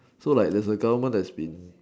so like there's a government that's been